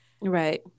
right